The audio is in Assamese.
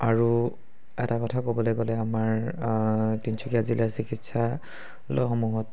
আৰু এটা কথা ক'বলৈ গ'লে আমাৰ তিনিচুকীয়া জিলাৰ চিকিৎসালয়সমূহত